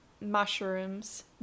mushrooms